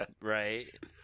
Right